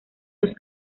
sus